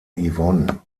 yvonne